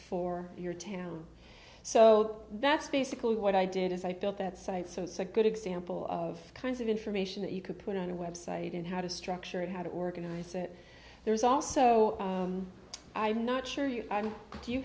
for your town so that's basically what i did is i built that site sosa good example of kinds of information that you could put on a website and how to structure it how to organize it there's also i'm not sure you do you